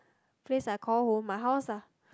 place I call home my house lah